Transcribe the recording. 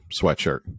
sweatshirt